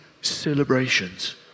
celebrations